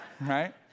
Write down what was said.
right